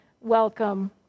welcome